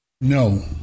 No